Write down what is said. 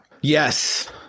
Yes